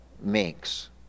makes